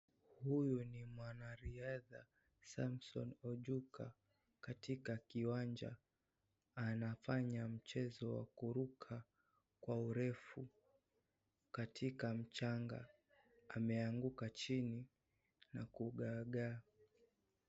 Huyu ni mwanariadha Samson Ochuka katika kiwanja. Anafanya mchezo wa kuruka, kwa urefu katika mchanga. Ameanguka chini na kugagaa.